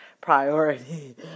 priority